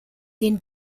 den